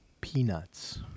peanuts